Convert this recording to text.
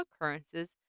occurrences